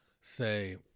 say